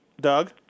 Doug